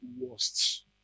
worst